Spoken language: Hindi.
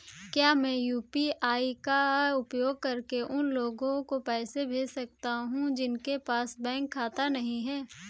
क्या मैं यू.पी.आई का उपयोग करके उन लोगों को पैसे भेज सकता हूँ जिनके पास बैंक खाता नहीं है?